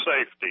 safety